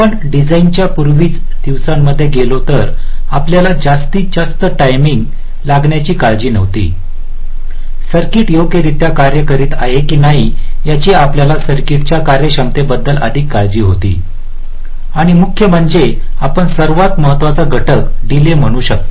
आपण डिझाइनच्या पूर्वीच्या दिवसांमध्ये गेलो तर आपल्याला जास्त टाईमिंग लागण्याची काळजी नव्हती सर्किट योग्यरित्या कार्य करीत आहे की नाही याची आपल्याला सर्किटच्या कार्यक्षमतेबद्दल अधिक काळजी होती आणि मुख्य म्हणजे आपण सर्वात महत्वाचा घटक डीले म्हणू शकता